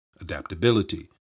adaptability